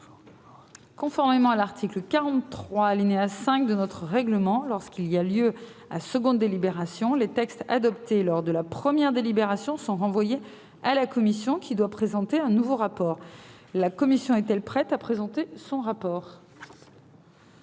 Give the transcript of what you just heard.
Conformément à l'article 43, alinéa 5, du règlement, lorsqu'il y a lieu à seconde délibération, les textes adoptés lors de la première délibération sont renvoyés à la commission, qui présente un nouveau rapport. La commission est-elle prête à présenter son rapport ?